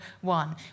one